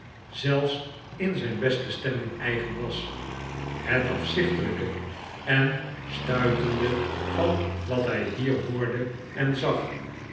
zelfs in zijn beste stemming eigen was het afzichtelijke en stuitende van wat hij hier hoorde en zag